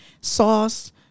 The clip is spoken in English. sauce